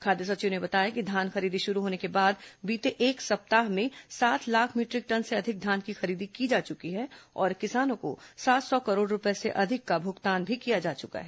खाद्य सचिव ने बताया कि धान खरीदी शुरू होने के बाद बीते एक सप्ताह में सात लाख मीटरिक टन से अधिक धान की खरीदी की जा चुकी है और किसानों को सात सौ करोड़ रूपये से अधिक का भुगतान भी किया जा चुका है